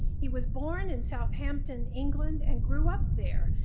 he was born in south hampton, england, and grew up there,